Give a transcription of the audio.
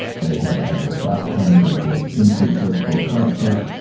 they have adverse outcomes, they get increased surgical occurrences,